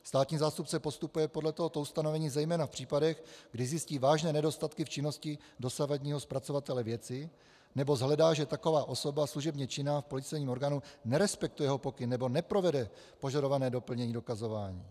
Státní zástupce postupuje podle tohoto ustanovení zejména v případech, kdy zjistí vážné nedostatky v činnosti dosavadního zpracovatele věci nebo shledá, že taková osoba služebně činná v policejním orgánu nerespektuje jeho pokyn nebo neprovede požadované doplnění dokazováním.